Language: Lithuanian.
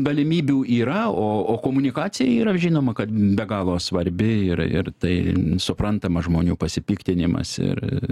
galimybių yra o o komunikacija yra žinoma kad be galo svarbi ir ir tai suprantamas žmonių pasipiktinimas ir